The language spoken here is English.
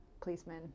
policeman